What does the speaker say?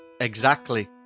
Exactly